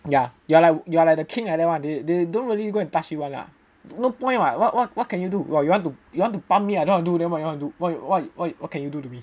ya you're like you're like the king like that [one] they don't really go and touch you [one] lah no point what what what what can you do what you want to you want to pump me I don't want to do what you want to do what you want what can you do to me